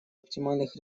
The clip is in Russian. оптимальных